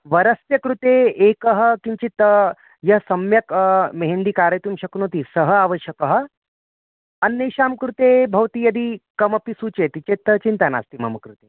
वरस्य कृते एकः किञ्चित् यः सम्यक् मेहन्दी कारयितुं शक्नोति सः आवश्यकः अन्येषां कृते भवती यदि कमपि सूचयति चेत् तद् चिन्ता नास्ति मम कृते